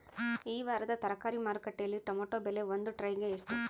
ಈ ವಾರದ ತರಕಾರಿ ಮಾರುಕಟ್ಟೆಯಲ್ಲಿ ಟೊಮೆಟೊ ಬೆಲೆ ಒಂದು ಟ್ರೈ ಗೆ ಎಷ್ಟು?